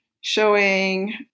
showing